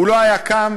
הוא לא היה קם,